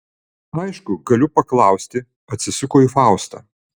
aišku galiu paklausti atsisuko į faustą